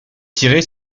tirer